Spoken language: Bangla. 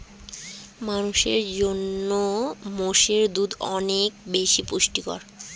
মানুষের জন্য মোষের দুধ অনেক বেশি পুষ্টিকর